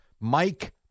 Mike